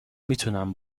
میتونم